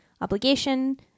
obligation